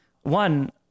one